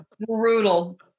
brutal